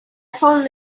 phone